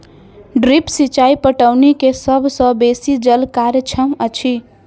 drip सिचाई पटौनी के सभ सॅ बेसी जल कार्यक्षम अछि